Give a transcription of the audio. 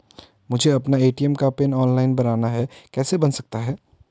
मुझे अपना ए.टी.एम का पिन ऑनलाइन बनाना है कैसे बन सकता है?